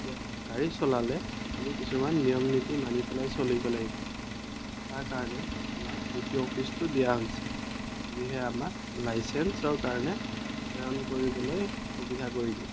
এতিয়া গাড়ী চলালে আমি কিছুমান নিয়ম নীতি মানি পেলাই চলিব লাগিব তাৰ কাৰণে আমাক ডি টি অ' অফিচটো দিয়া হৈছে যিয়ে আমাক লাইচেঞ্চৰ কাৰণে প্ৰেৰণ কৰিবলৈ সুবিধা কৰি দিয়ে